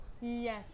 Yes